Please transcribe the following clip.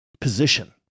Position